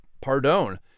pardon